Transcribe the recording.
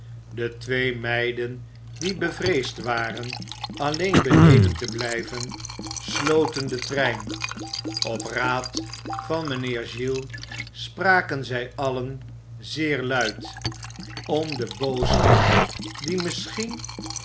de twee meiden die bevreesd waren alleen beneden te blijven sloten den trein op raad van mijnheer oiles spraken zij allen zeer luid om den booswicht die misschien